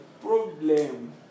problem